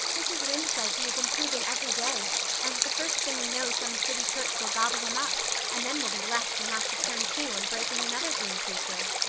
mrs. lynde says he is improving every day and the first thing we know some city church will gobble him up and then we'll be left and have to turn to and break in another green preacher.